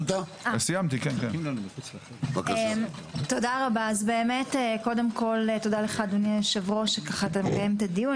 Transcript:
קודם כל תודה לך אדוני היושב-ראש שאתה מקיים את הדיון.